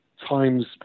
Times